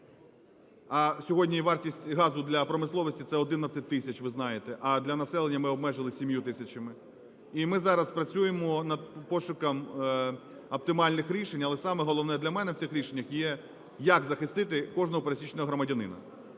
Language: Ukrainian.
а сьогодні вартість газу для промисловості – це 11 тисяч, ви знаєте, а для населення ми обмежили 7 тисячами. І ми зараз працюємо над пошуками оптимальних рішень, але саме головне для мене в цих рішеннях є, як захистити кожного пересічного громадянина.